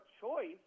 choice